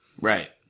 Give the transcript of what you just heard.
Right